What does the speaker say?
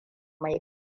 mai